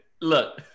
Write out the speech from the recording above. look